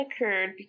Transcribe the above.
occurred